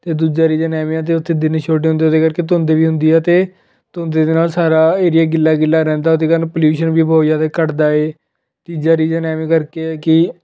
ਅਤੇ ਦੂਜਾ ਰੀਜਨ ਐਵੇਂ ਆ ਅਤੇ ਉੱਥੇ ਦਿਨ ਛੋਟੇ ਹੁੰਦੇ ਹੈ ਉਹਦੇ ਕਰਕੇ ਧੁੰਦ ਵੀ ਹੁੰਦੀ ਆ ਅਤੇ ਧੁੰਦ ਦੇ ਨਾਲ ਸਾਰਾ ਏਰੀਆ ਗਿੱਲਾ ਗਿੱਲਾ ਰਹਿੰਦਾ ਉਹਦੇ ਕਾਰਨ ਪੋਲਿਊਸ਼ਨ ਵੀ ਬਹੁਤ ਜ਼ਿਆਦਾ ਘੱਟਦਾ ਹੈ ਤੀਜਾ ਰੀਜਨ ਐਵੇਂ ਕਰਕੇ ਆ ਕਿ